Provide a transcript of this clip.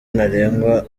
ntarengwa